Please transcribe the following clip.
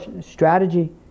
strategy